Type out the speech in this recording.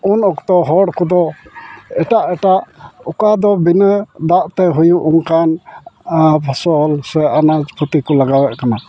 ᱩᱱ ᱚᱠᱛᱚ ᱦᱚᱲ ᱠᱚᱫᱚ ᱮᱴᱟᱦ ᱮᱴᱟᱜ ᱚᱠᱟ ᱫᱚ ᱵᱤᱱᱟᱹ ᱫᱟᱜ ᱛᱮ ᱦᱩᱭᱩᱜ ᱚᱱᱠᱟᱱ ᱯᱷᱚᱥᱚᱞ ᱥᱮ ᱟᱱᱟᱡᱽ ᱯᱟᱛᱤ ᱠᱚ ᱞᱟᱜᱟᱣᱮᱫ ᱠᱟᱱᱟ